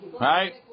right